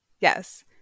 Yes